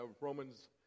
Romans